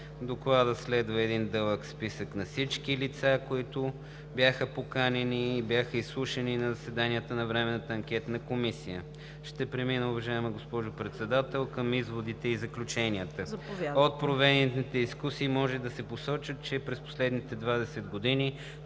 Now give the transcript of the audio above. Доклада следва един дълъг списък на всички лица, които бяха поканени и бяха изслушани на заседанията на Временната анкетна комисия. Ще премина, уважаема госпожо Председател, към изводите и заключенията. „От проведените дискусии може да се посочи, че през последните 20 години